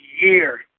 year